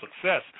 success